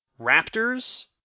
raptors